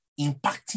impacting